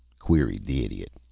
queried the idiot.